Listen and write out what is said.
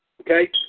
Okay